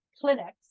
clinics